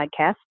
podcast